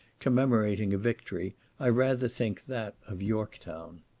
commemorating a victory i rather think that of york town.